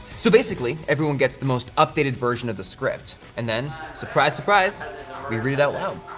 so basically, everyone gets the most updated version of the script. and then surprise, surprise we read it out loud.